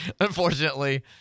Unfortunately